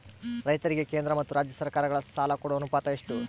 ರೈತರಿಗೆ ಕೇಂದ್ರ ಮತ್ತು ರಾಜ್ಯ ಸರಕಾರಗಳ ಸಾಲ ಕೊಡೋ ಅನುಪಾತ ಎಷ್ಟು?